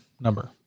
number